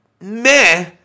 meh